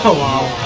while